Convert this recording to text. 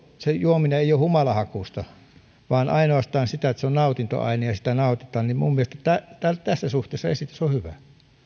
se juominen ei ole humalahakuista vaan juodaan ainoastaan niin että se on nautintoaine ja sitä nautitaan niin minun mielestäni tässä suhteessa esitys on hyvä